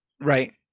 Right